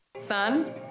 Son